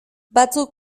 batzuk